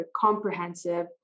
comprehensive